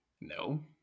no